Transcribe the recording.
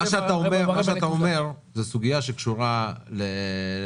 מה שאתה אומר הוא סוגיה שקשורה לתפיסה,